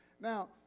Now